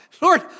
Lord